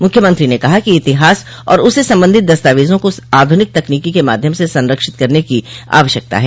मुख्यमंत्री ने कहा कि इतिहास और उससे संबंधित दस्तावेजों को आधुनिक तकनीक के माध्यम से संरक्षित करने की आवश्यकता है